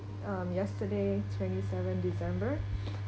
um yesterday twenty seven december